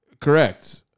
Correct